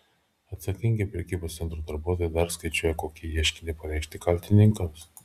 atsakingi prekybos centro darbuotojai dar skaičiuoja kokį ieškinį pareikšti kaltininkams